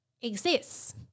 exists